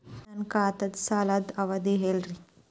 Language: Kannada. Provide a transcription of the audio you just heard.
ನನ್ನ ಖಾತಾದ್ದ ಸಾಲದ್ ಅವಧಿ ಹೇಳ್ರಿ